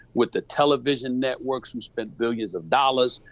with the television networks who spend millions of dollars,